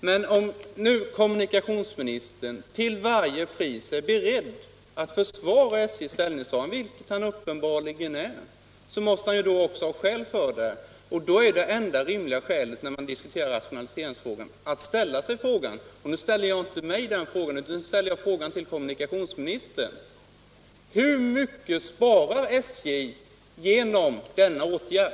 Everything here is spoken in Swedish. Men om nu kommunikationsministern är beredd att till varje pris försvara SJ:s ställningstagande — vilket han uppenbarligen är — måste han också ha skäl för det. Det enda rimliga när man diskuterar rationali seringen är då att ställa sig frågan — och jag ställer inte mig den frågan, utan den ställer jag till kommunikationsministern: Hur mycket sparar SJ genom denna åtgärd?